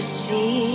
see